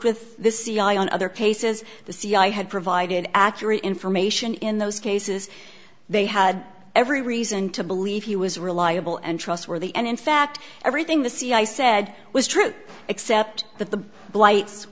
with the cia on other cases the cia had provided accurate information in those cases they had every reason to believe he was reliable and trustworthy and in fact everything the c i said was true except that the blights